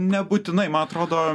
nebūtinai man atrodo